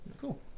Cool